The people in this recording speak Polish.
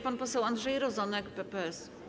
Pan poseł Andrzej Rozenek, PPS.